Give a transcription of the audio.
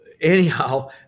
anyhow